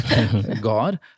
God